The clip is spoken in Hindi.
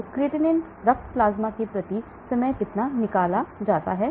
तो क्रिएटिनिन रक्त प्लाज्मा से प्रति समय कितना निकाला जाता है